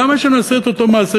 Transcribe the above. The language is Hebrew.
למה שנעשה אותו מעשה,